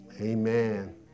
amen